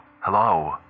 Hello